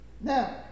Now